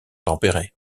tempérées